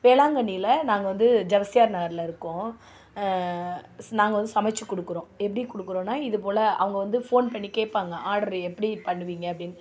வேளாங்கண்ணியில நாங்கள் வந்து சலேசியார் நகர்ல இருக்கோம் நாங்கள் வந்து சமைச்சி கொடுக்குறோம் எப்படி கொடுக்குறோனா இது போல் அவங்க வந்து ஃபோன் பண்ணி கேட்பாங்க ஆர்டர் எப்படி பண்ணுவீங்க அப்படினு